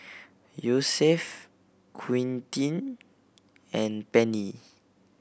Yosef Quentin and Penni